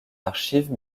archives